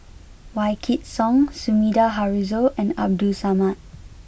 Wykidd Song Sumida Haruzo and Abdul Samad